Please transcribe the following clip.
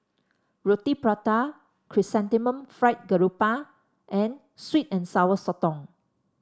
Roti Prata Chrysanthemum Fried Garoupa and sweet and Sour Sotong